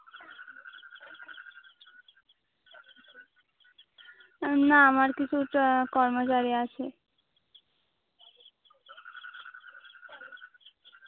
না আমার কিছুটা কর্মচারী আছে